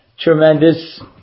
tremendous